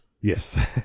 yes